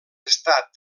estat